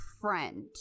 friend